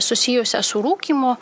susijusią su rūkymu